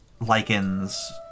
lichens